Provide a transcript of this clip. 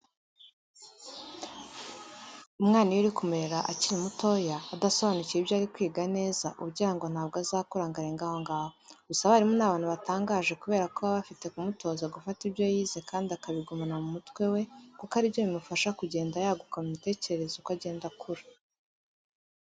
Umwana iyo uri kumureba akiri mutoya, adasobanukiwe ibyo ari kwiga neza uba ugira ngo ntabwo azakura ngo arenge aho ngaho. Gusa abarimu ni abantu batangaje kubera ko baba bafite kumutoza gufata ibyo yize kandi akabigumana mu mutwe we kuko ari byo bimufasha kugenda yaguka mu mitekerereze uko agenda akura.